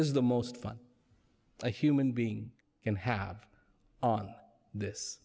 is the most fun a human being can have on this